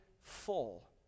full